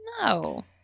no